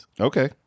Okay